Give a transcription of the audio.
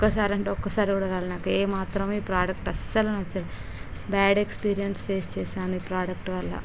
ఒక్కసారి అంటే ఒక్కసారి కూడా రాలేదు నాకు ఏమాత్రం ఈ ప్రోడక్ట్ అసలు నచ్చలేదు బ్యాడ్ ఎక్స్పీరియన్స్ పేస్ చేశాను ఈ ప్రోడక్ట్ వల్ల